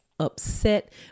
upset